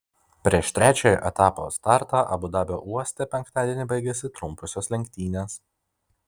prieš trečiojo etapo startą abu dabio uoste penktadienį baigėsi trumposios lenktynės